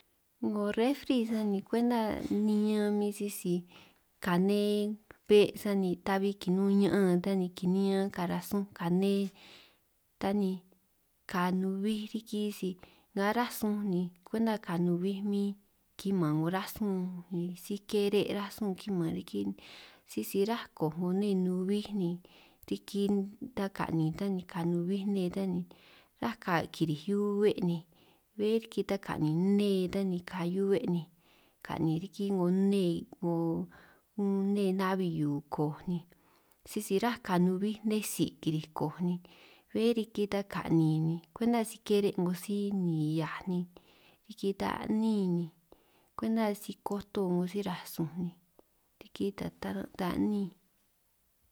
'Ngo refri sani kwenta niñan min sisi kane be' sani tabi kinun ñaan ta ni kiniñan kara sun kane, ta ni ka nubij riki si nnga ránj sun ni kwenta ka nubij min kiman 'ngo rasun si kire' rasun kiman riki, sisi ráj kooj 'ngo nne nubij ni riki ta ka'nin ta ni ka nubij nne ta ni si ráj kirij hiu'be' ni, bé riki ta kanin nne kahiu 'be' kani riki 'ngo nne 'ngo nne na'bbi hiu kooj ni, sisi rá ka nubij nne tsi kiriij kooj ni bé riki ta ka'nin, kwenta si kire' 'ngo si nihiaj ni riki ta a'nín ni kwenta si koto 'ngo si rasun ni riki ta taran' ta a'nín.